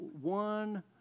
one